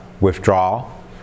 withdrawal